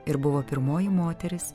ir buvo pirmoji moteris